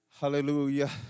Hallelujah